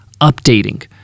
updating